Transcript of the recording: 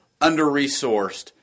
under-resourced